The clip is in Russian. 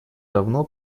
давно